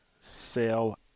sell